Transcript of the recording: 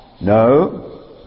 no